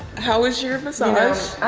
how is your massage?